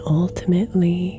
ultimately